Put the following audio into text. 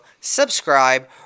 subscribe